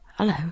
hello